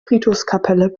friedhofskapelle